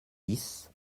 dix